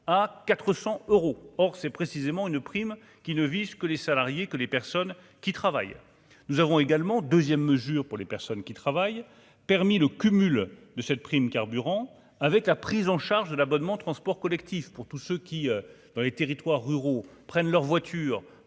à 400 euros, or c'est précisément une prime qui ne vise que les salariés que les personnes qui travaillent, nous avons également 2ème mesure pour les personnes qui travaillent permis le cumul de cette prime carburant avec la prise en charge de l'abonnement transport collectif pour tous ceux qui, dans les territoires ruraux prennent leur voiture